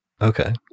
Okay